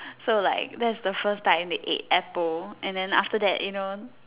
so like that's the first time they ate apple and then after that you know